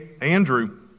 Andrew